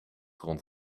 rond